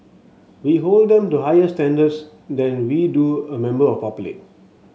we hold them to higher standards than we do a member of public